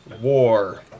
War